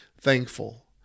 thankful